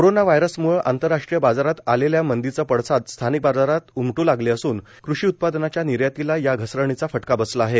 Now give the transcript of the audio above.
corona व्हायरसम्ळे आंतरराष्ट्रीय बाजारात आलेल्या मंदीचे पडसाद स्थानिक बाजारात उमटू लागले असून कृषी उत्पादनाच्या निर्यातीला या घसरणीचा फटका बसला आहे